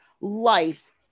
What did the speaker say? life